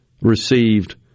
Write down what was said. received